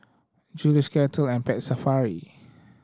Julie's Kettle and Pet Safari